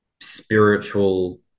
spiritual